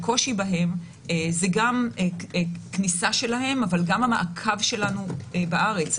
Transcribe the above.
הקושי בהם זה גם כניסה שלהם אבל גם המעקב שלנו בארץ.